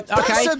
okay